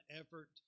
effort